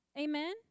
Amen